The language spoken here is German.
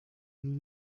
wenn